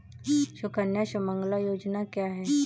सुकन्या सुमंगला योजना क्या है?